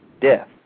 death